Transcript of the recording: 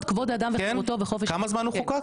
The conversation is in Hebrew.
כמה זמן הוא חוקק?